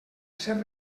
ser